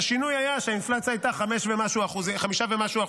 והשינוי היה שהאינפלציה הייתה 5% ומשהו.